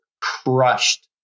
crushed